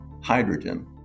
hydrogen